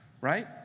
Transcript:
right